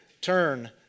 turn